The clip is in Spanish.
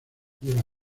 lleva